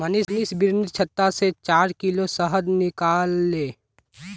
मनीष बिर्निर छत्ता से चार किलो शहद निकलाले